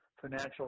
financial